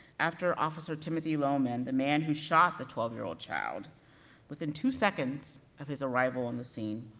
after officer timothy loehmann, the man who shot the twelve year old child within two seconds of his arrival on the scene,